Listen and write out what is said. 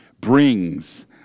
brings